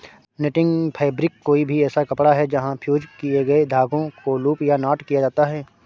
netting fabric कोई भी ऐसा कपड़ा है जहाँ फ़्यूज़ किए गए धागों को लूप या नॉट किया जाता है